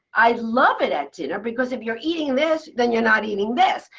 i love it at dinner because if you're eating this, then you're not eating this.